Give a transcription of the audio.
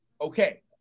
Okay